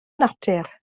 natur